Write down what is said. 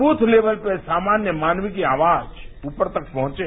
booth लेक्ल पर सामान्य मानव की आवाज ऊपर तक पहंचे